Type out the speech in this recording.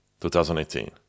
2018